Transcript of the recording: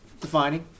defining